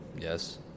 Yes